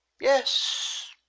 yes